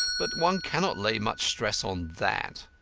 but one cannot lay much stress on that.